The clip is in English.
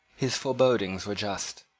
his forebodings were just.